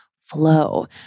flow